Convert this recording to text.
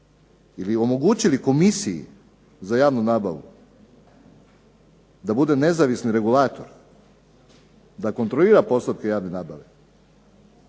ili omogućili Komisiji za javnu nabavu da bude nezavisni regulator, da kontrolira postupke javne nabave.